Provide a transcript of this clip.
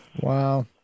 Wow